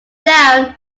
down